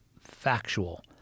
factual